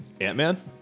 Ant-Man